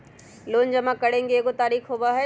Loan जमा करेंगे एगो तारीक होबहई?